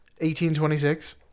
1826